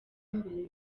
mbere